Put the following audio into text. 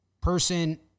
person